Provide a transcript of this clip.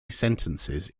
sentences